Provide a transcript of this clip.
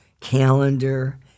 calendar